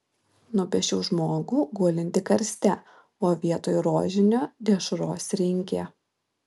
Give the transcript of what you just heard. nupiešiau žmogų gulintį karste o vietoj rožinio dešros rinkė